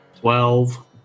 twelve